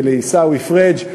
ולעיסאווי פריג',